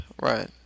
right